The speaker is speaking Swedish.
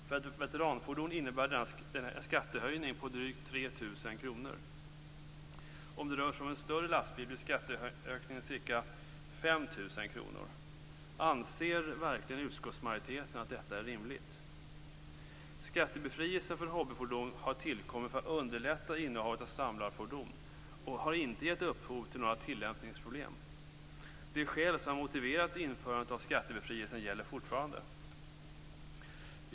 För ett veteranfordon innebär detta en skattehöjning på drygt 3 000 kr. Om det rör sig om en större lastbil blir skatteökningen ca 5 000 kr. Anser verkligen utskottsmajoriteten att detta är rimligt? Skattebefrielsen för hobbyfordon har tillkommit för att underlätta innehavet av samlarfordon och har inte gett upphov till några tillämpningsproblem. De skäl som har motiverat införandet av skattebefrielsen gäller fortfarande.